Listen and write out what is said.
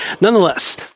Nonetheless